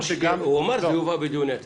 הוא אמר שזה יובא בדיוני התקציב.